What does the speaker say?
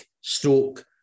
stroke